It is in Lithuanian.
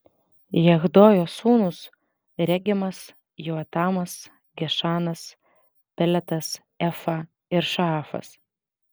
jahdojo sūnūs regemas joatamas gešanas peletas efa ir šaafas